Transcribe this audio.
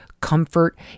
comfort